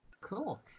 Cool